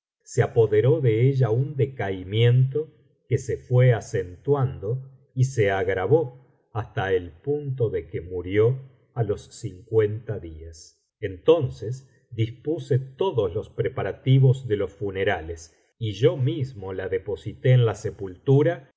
se apoderó de ella un decaimiento que se fué acentuando y se agravó hasta el punto de que murió á los cincuenta días entonces dispuse todos los preparativos de los funerales y yo mismo la deposité en la sepultura